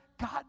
God